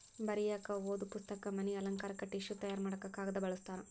ಬರಿಯಾಕ ಓದು ಪುಸ್ತಕ, ಮನಿ ಅಲಂಕಾರಕ್ಕ ಟಿಷ್ಯು ತಯಾರ ಮಾಡಾಕ ಕಾಗದಾ ಬಳಸ್ತಾರ